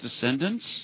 descendants